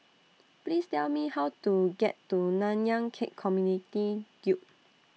Please Tell Me How to get to Nanyang Khek Community Guild